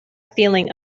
feeling